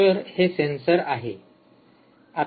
तर हे सेन्सरबद्दल आहे